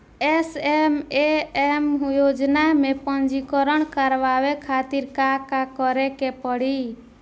SMAM योजना में पंजीकरण करावे खातिर का का करे के पड़ी?